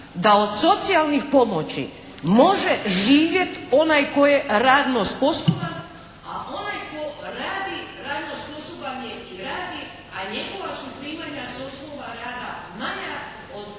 da od socijalnih pomoći može živjeti onaj tko je radno sposoban a onaj tko radi, radno sposoban je i radi a njegova su primanja s osnova rada manja od